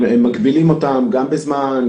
מגבילים אותם גם בזמן,